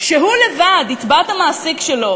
שהוא לבד יתבע את המעסיק שלו,